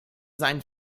seinen